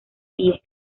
pie